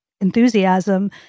enthusiasm